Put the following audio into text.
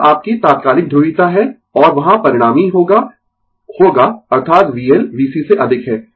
तो यह आपकी तात्कालिक ध्रुवीयता है और वहां परिणामी होगा होगा अर्थात VL VC से अधिक है